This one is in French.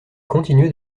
continuait